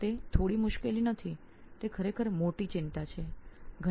તે નાની મુશ્કેલી નથી તે ખરેખર મોટી ચિંતા છે